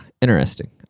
interesting